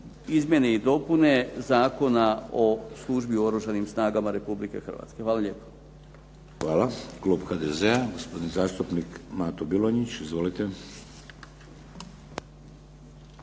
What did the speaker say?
izmjene i dopune Zakona o službi u Oružanim snagama Republike Hrvatske. Hvala lijepo. **Šeks, Vladimir (HDZ)** Hvala. Klub HDZ-a, gospodin zastupnik Mato Bilonjić. Izvolite.